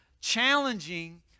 challenging